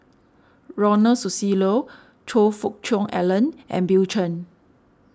Ronald Susilo Choe Fook Cheong Alan and Bill Chen